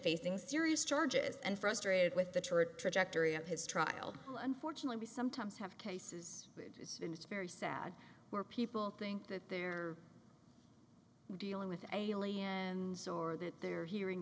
facing serious charges and frustrated with the trajectory of his trial unfortunately we sometimes have cases when it's very sad where people think that they're dealing with aliens or that they're hearing